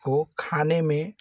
को खाने में